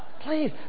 Please